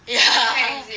ya